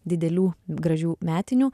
didelių gražių metinių